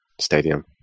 stadium